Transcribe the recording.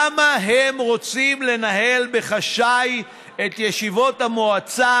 למה הם רוצים לנהל בחשאי את ישיבות המועצה